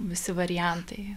visi variantai